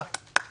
נתקבלה.